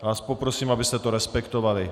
Já vás poprosím, abyste to respektovali.